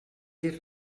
dir